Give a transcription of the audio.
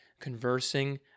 conversing